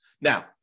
Now